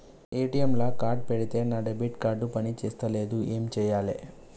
ATM లా card పెడితే నా డెబిట్ కార్డ్ పని చేస్తలేదు ఏం చేయాలే?